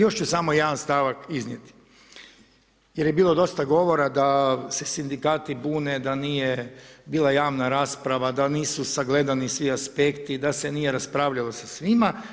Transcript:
Još ću samo jedan stavak iznijeti jer je bilo dosta govora da se sindikati bune da nije bila javna rasprava, da nisu sagledani svi aspekti, da se nije raspravljalo sa svima.